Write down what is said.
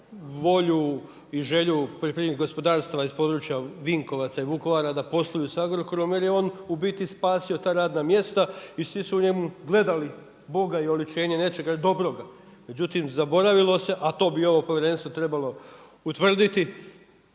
volju i želju poljoprivrednih gospodarstava iz područja Vinkovaca i Vukovara da posluju sa Agrokorom, jer je on u biti spasio ta radna mjesta i svi su u njemu gledali boga i oličenje nečega dobroga. Međutim, zaboravilo se, a to bi ovo povjerenstvo trebalo utvrditi